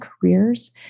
careers